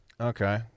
Okay